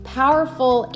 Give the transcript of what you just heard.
powerful